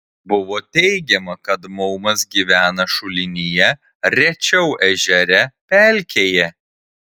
buvo teigiama kad maumas gyvena šulinyje rečiau ežere pelkėje